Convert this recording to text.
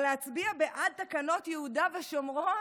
אבל להצביע בעד תקנות יהודה ושומרון?